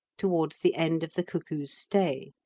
towards the end of the cuckoo's stay.